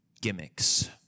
gimmicks